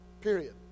Period